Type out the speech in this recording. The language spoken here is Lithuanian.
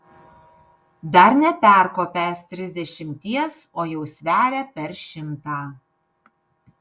dar neperkopęs trisdešimties o jau sveria per šimtą